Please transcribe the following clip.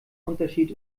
unterschied